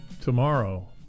tomorrow